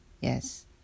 Yes